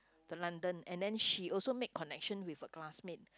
the London and then she also made connection with her classmate